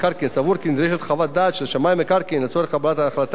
נדרשת חוות דעת של שמאי מקרקעין לצורך קבלת החלטה בתביעה,